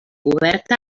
coberta